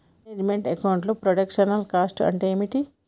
Manage meant account లో production cost అంటే ఏమిటి?